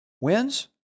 wins